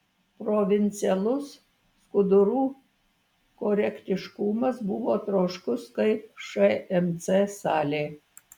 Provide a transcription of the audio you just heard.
provincialus skudurų korektiškumas buvo troškus kaip šmc salė